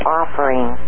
offering